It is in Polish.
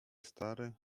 stary